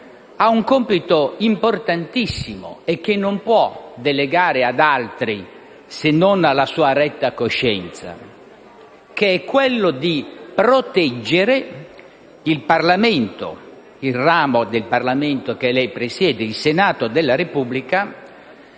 ha un compito importantissimo e che non può delegare ad altri se non alla sua retta coscienza, che è quello di proteggere il ramo del Parlamento che lei presiede, il Senato della Repubblica,